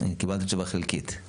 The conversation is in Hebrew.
קיבלת תשובה חלקית.